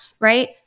right